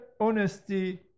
honesty